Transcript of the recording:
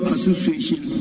association